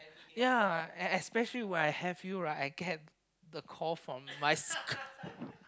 yeah and especially when I have you right I get the call from my sch~